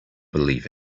believe